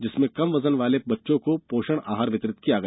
जिसमें कम वजन वाले बच्चों को पोषण आहार वितरित किया गया